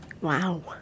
Wow